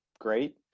great